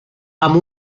amb